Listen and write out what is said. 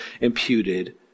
imputed